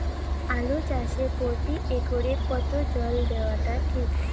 আলু চাষে প্রতি একরে কতো জল দেওয়া টা ঠিক?